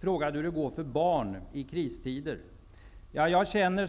frågade hur det går för barnen i kristider.